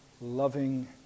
loving